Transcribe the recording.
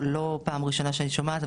לא פעם ראשונה שאני שומעת,